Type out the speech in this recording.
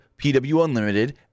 PWUnlimited